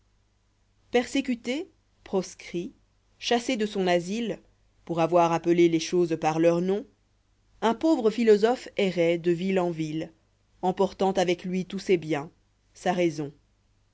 xeltsécuté proscrit chassé de son asile pour avoir appelé les choses par leur nom un pauvre philosophe erroit de ville en ville emportant avec lui tous ses biens sa raison